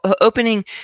opening